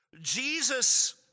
Jesus